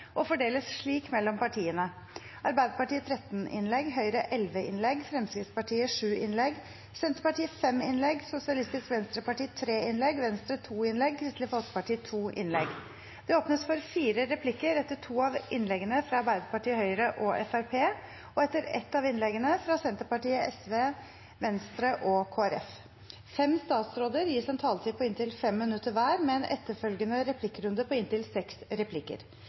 og fordeles slik mellom partiene: Arbeiderpartiet 13 innlegg, Høyre 11 innlegg, Fremskrittspartiet 7 innlegg, Senterpartiet 5 innlegg, Sosialistisk Venstreparti 3 innlegg, Venstre 2 innlegg og Kristelig Folkeparti 2 innlegg. Det åpnes for fire replikker etter to av innleggene fra Arbeiderpartiet, Høyre og Fremskrittspartiet og etter ett av innleggene fra Senterpartiet, Sosialistisk Venstreparti, Venstre og Kristelig Folkeparti. Fem statsråder gis en taletid på inntil 5 minutter hver, med en etterfølgende replikkrunde på inntil seks replikker.